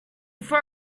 for